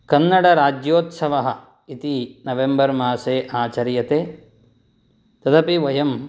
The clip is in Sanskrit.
कन्नडराज्योत्सवः इति नवेम्बर् मासे आचर्यते तदपि वयं